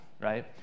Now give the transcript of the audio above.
right